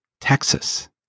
Texas